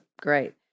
great